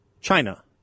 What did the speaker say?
China